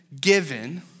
given